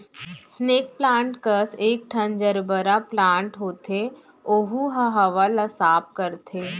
snake plant कस एकठन gerbera plant होथे ओहू ह हवा ल साफ करथे